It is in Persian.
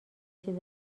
چیز